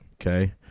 okay